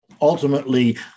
ultimately